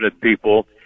people